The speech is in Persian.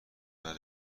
ببره